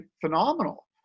phenomenal